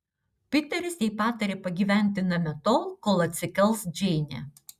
piteris jai patarė pagyventi name tol kol atsikels džeinė